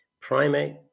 primate